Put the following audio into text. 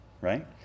right